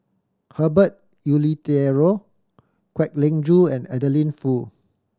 Herbert Eleuterio Kwek Leng Joo and Adeline Foo